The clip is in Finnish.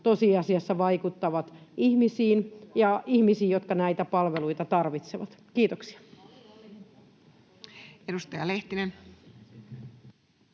tosiasiassa vaikuttavat ihmisiin, jotka näitä palveluita tarvitsevat. — Kiitoksia. [Speech